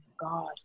god